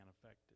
affected